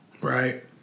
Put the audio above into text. right